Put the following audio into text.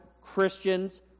Christians